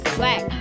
black